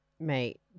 Mate